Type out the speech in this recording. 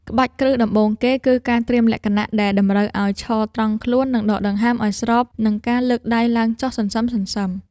ក្បាច់គ្រឹះដំបូងគេគឺ ការត្រៀមលក្ខណៈ ដែលតម្រូវឱ្យឈរត្រង់ខ្លួន និងដកដង្ហើមឱ្យស្របនឹងការលើកដៃឡើងចុះសន្សឹមៗ។